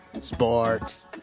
Sports